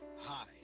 Hi